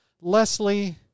Leslie